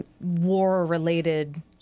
war-related